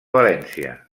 valència